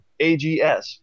AGS